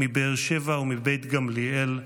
מבאר שבע ומבית גמליאל,